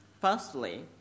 Firstly